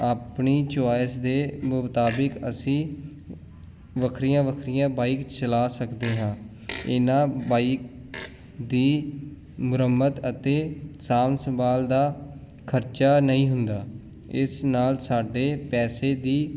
ਆਪਣੀ ਚੋਇਸ ਦੇ ਮੁਤਾਬਿਕ ਅਸੀਂ ਵੱਖਰੀਆਂ ਵੱਖਰੀਆਂ ਬਾਈਕ ਚਲਾ ਸਕਦੇ ਹਾਂ ਇਹਨਾਂ ਬਾਈਕ ਦੀ ਮੁਰੰਮਤ ਅਤੇ ਸਾਂਭ ਸੰਭਾਲ ਦਾ ਖਰਚਾ ਨਹੀਂ ਹੁੰਦਾ ਇਸ ਨਾਲ ਸਾਡੇ ਪੈਸੇ ਦੀ